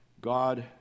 God